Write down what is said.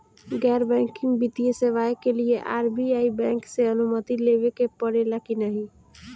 गैर बैंकिंग वित्तीय सेवाएं के लिए आर.बी.आई बैंक से अनुमती लेवे के पड़े ला की नाहीं?